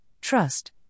trust